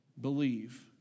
believe